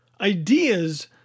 ideas